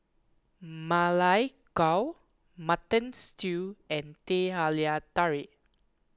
Ma Lai Gao Mutton Stew and Teh Halia Tarik